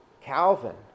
Calvin